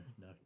no